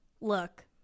look